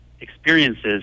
experiences